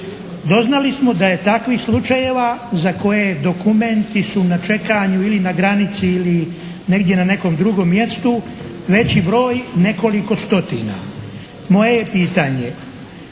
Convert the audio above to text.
Doznali smo da je takvih slučajeva za koje dokumenti su na čekanju ili na granici ili negdje na nekom drugom mjestu veći broj, nekoliko stotina. Moje je pitanje.